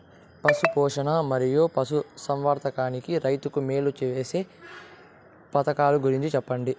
పశు పోషణ మరియు పశు సంవర్థకానికి రైతుకు మేలు సేసే పథకాలు గురించి చెప్పండి?